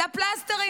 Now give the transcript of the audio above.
לפלסטרים,